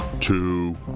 Two